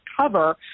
cover